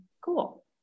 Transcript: cool